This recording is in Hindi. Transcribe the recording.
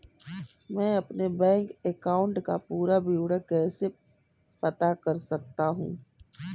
मैं अपने बैंक अकाउंट का पूरा विवरण कैसे पता कर सकता हूँ?